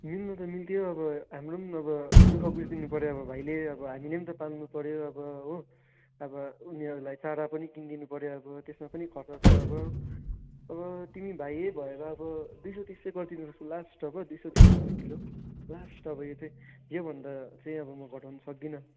मिल्नु त मिल्थ्यो अब हाम्रो अब दुःख बुझिदिनु पर्यो अब भाइले अब हामीले नि त पाल्नु पर्यो अब हो अब उनीहरूलाई चारो पनि किनिदिनु पर्यो अब त्यसमा पनि खर्च छ अब तिमी भाइ यही भएर अब दुई सय तिस चाहिँ गरिदिन सक्छु लास्ट अब दुई सय तिस रुपियाँ किलो लास्ट अब यो चाहिँ यो भन्दा चाहिँ अब म घटाउनु सक्दिनँ